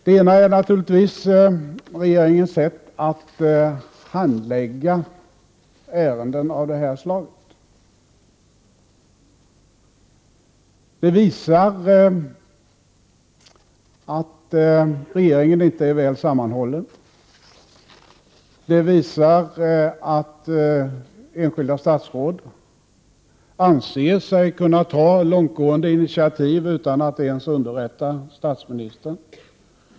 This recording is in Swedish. Den första är naturligtvis regeringens sätt att handlägga ärenden av det här slaget. Det visar att regeringen inte är väl sammanhållen. Det visar att enskilda statsråd anser sig kunna ta långtgående initiativ utan att ens underrätta statsministern.